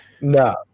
No